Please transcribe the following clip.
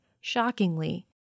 shockingly